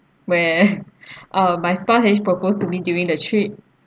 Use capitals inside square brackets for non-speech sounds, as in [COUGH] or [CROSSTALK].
where [LAUGHS] ah spouse actually proposed to me during the trip